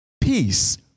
Peace